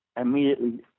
immediately